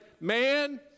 Man